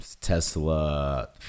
tesla